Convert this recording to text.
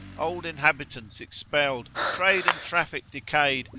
old inhabitants expelled, trade and traffic decayed,